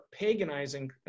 paganizing